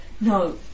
no